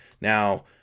Now